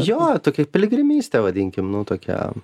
jo tokia piligrimystė vadinkim nu tokia